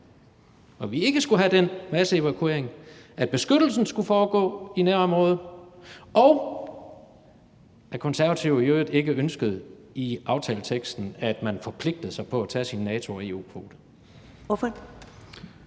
at vi ikke skulle have den masseevakuering, at beskyttelsen skulle foregå i nærområdet, og at Konservative i øvrigt ikke ønskede i aftaleteksten, at man forpligtede sig på at tage sine NATO- og